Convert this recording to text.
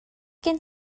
gen